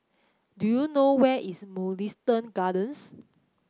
do you know where is Mugliston Gardens